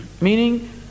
Meaning